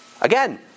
Again